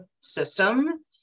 system